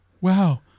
Wow